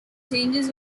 changes